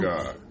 God